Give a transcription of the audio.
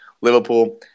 Liverpool